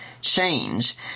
change